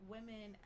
women